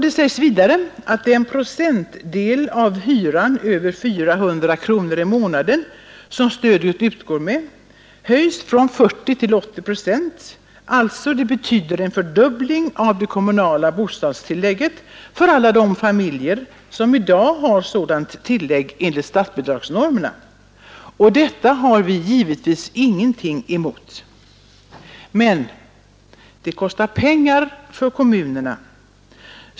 Det sägs vidare att den andel av hyran över 400 kronor i månaden som stödet utgår med skall höjas från 40 till 80 procent; det betyder alltså en fördubbling av det kommunala bostadstillägget för alla de familjer som i dag har sådant tillägg enligt statsbidragsnormerna. Detta har vi givetvis ingenting emot. Men detta kostar pengar för kommunerna.